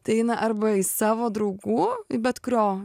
tai eina arba į savo draugų bet kurio